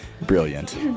Brilliant